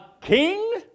king